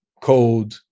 code